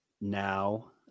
now